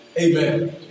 Amen